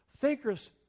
Thinkers